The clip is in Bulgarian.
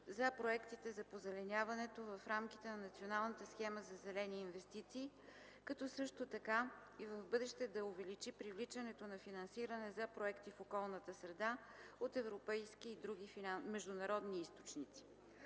за проектите за позеленяването в рамките на Националната схема за зелени инвестиции, като също така и в бъдеще да увеличи привличането на финансиране за проекти в околната среда от европейски и други международни източници.